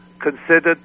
considered